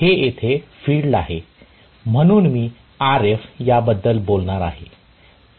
हे येथे फील्ड आहे म्हणून मी Rf याबद्दल बोलणार आहे